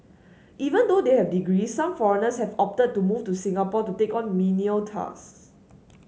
even though they have degree some foreigners have opted to move to Singapore to take on menial tasks